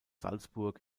salzburg